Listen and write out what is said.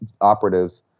operatives